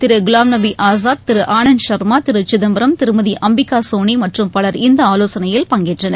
திரு குலாம்நபி ஆசாத் திரு ஆனந்த் சள்மா திரு சிதம்பரம் திருமதி அம்பிகா சோனி மற்றும் பல் இந்த ஆலோசனையில் பங்கேற்றனர்